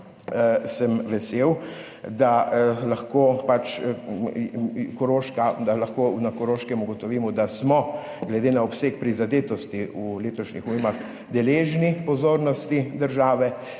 sem vesel, dalahko na Koroškem ugotovimo, da smo glede na obseg prizadetosti v letošnjih ujmah deležni pozornosti države,